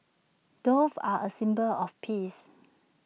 doves are A symbol of peace